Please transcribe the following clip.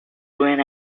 ruined